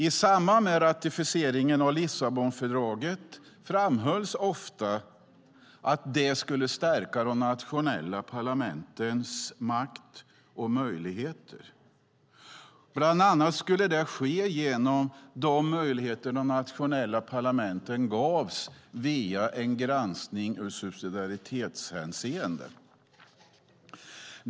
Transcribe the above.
I samband med ratificeringen av Lissabonfördraget framhölls ofta att det skulle stärka de nationella parlamentens makt och möjligheter. Bland annat skulle det ske genom de möjligheter som de nationella parlamenten gavs via en granskning ur subsidiaritetshänseende.